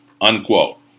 Unquote